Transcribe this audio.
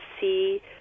see